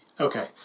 Okay